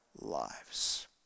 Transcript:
lives